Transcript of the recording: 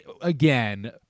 Again